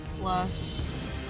plus